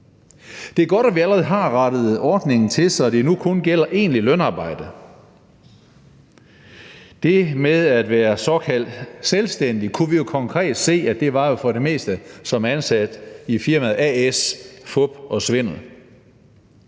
Det er godt, at vi allerede har rettet ordningen til, så det nu kun gælder egentligt lønarbejde. Det med at være såkaldt selvstændig kunne vi jo konkret se for det meste var som ansat i firmaet a/s fup og svindel